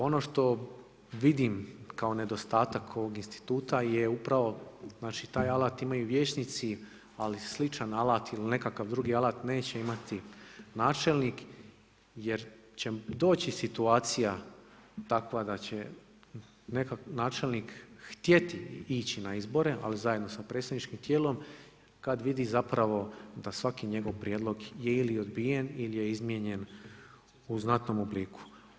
Ono što vidim kao nedostatak ovog instituta je upravo, znači taj alat imaju i vijećnici ali sličan alat ili nekakav drugi alat neće imati načelnik jer će doći situacija takva da će načelnik htjeti ići na izbore ali zajedno sa predstavničkim tijelom kad vidi zapravo da svaki njegov prijedlog je ili odbijen ili je izmijenjen u znatnom obliku.